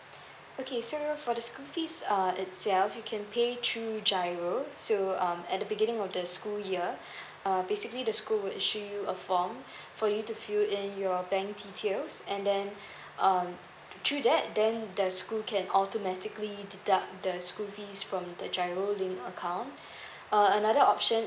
okay so for the school fees ah itself you can pay through giro so um at the beginning of the school year uh basically the school will issue you a form for you to fill in your bank details and then um through that then the school can automatically deduct the school fees from the giro account um another option